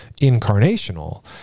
incarnational